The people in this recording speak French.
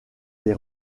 des